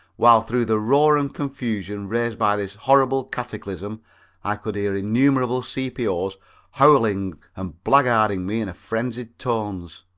while through the roar and confusion raised by this horrible cataclysm i could hear innumerable c p o s howling and blackguarding me in frenzied tones,